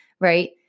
right